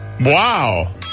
Wow